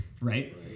Right